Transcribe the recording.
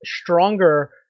stronger